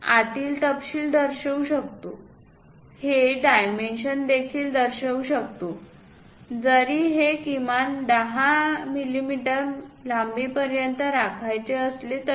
तर आपण आतील तपशील दर्शवू शकतो हे डायमेन्शन देखील दर्शवू शकतो जरी हे किमान 10 मिमी लांबीपर्यंत राखायचे असले तरी